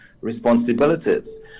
responsibilities